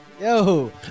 yo